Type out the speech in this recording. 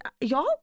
y'all